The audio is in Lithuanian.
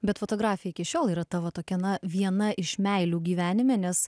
bet fotografija iki šiol yra tavo tokia na viena iš meilių gyvenime nes